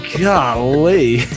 Golly